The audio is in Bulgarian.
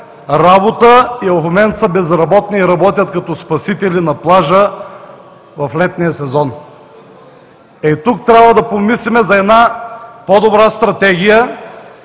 работа, и в момента са безработни и работят като спасители на плажа в летния сезон. Тук трябва да помислим за една по-добра стратегия